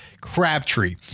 Crabtree